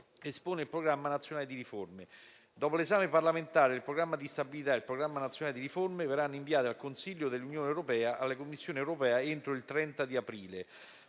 la terza sezione, infine, espone il programma nazionale di riforma. Dopo l'esame parlamentare, il programma di stabilità e il programma nazionale di riforma verranno inviati al Consiglio dell'Unione europea e alla Commissione europea entro il 30 aprile.